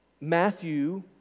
Matthew